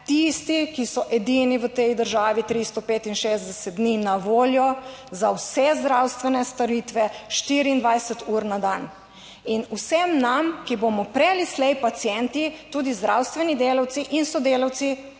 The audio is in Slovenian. tisti, ki so edini v tej državi 365 dni na voljo za vse zdravstvene storitve 24 ur na dan. In vsem nam, ki bomo prej ali slej pacienti, tudi zdravstveni delavci in sodelavci